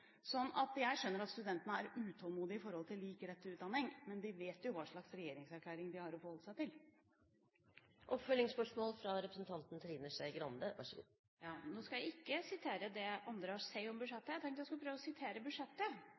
Jeg skjønner at studentene er utålmodige når det gjelder lik rett til lik utdanning. Men de vet jo hva slags regjeringserklæring de har å forholde seg til. Nå skal jeg ikke sitere det andre har hatt å si om budsjettet. Jeg tenkte jeg skulle prøve å sitere fra budsjettet.